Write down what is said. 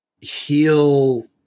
heal